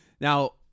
now